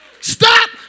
Stop